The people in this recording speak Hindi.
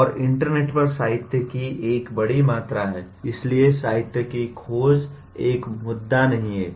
और इंटरनेट पर साहित्य की एक बड़ी मात्रा है इसलिए साहित्य की खोज एक मुद्दा नहीं है